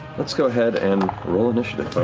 let's go ahead and roll initiative.